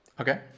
Okay